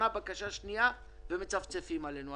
מצפצפים עלינו.